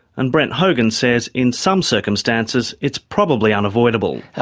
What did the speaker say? and brent hogan says in some circumstances, it's probably unavoidable.